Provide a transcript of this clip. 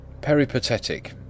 PERIPATETIC